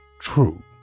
True